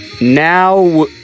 Now